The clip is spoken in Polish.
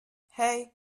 hej